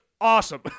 awesome